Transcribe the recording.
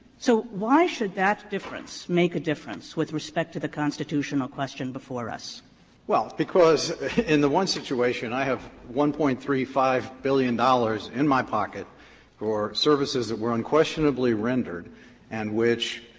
so why should that difference make a difference with respect to the constitutional question before us? phillips well, because in the one situation i have one point three five billion dollars in my pocket for services that were unquestionably rendered and which,